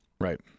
Right